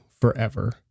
forever